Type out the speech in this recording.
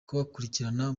kubakurikirana